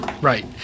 Right